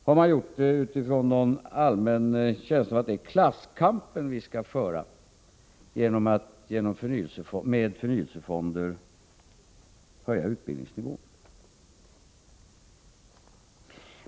Har de gjort det utifrån någon allmän känsla av att det är klasskampen som man skall föra genom att med förnyelsefonder höja utbildningsnivån?